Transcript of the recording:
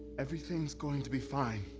everything's going to be fine.